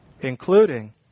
Including